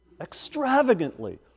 extravagantly